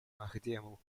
mahdiemu